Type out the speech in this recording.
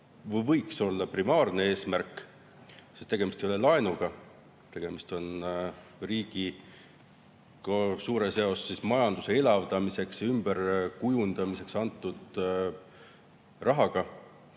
võiks olla primaarne eesmärk, sest tegemist ei ole laenuga, tegemist on riigi majanduse suures ulatuses elavdamiseks ja ümberkujundamiseks antud rahaga.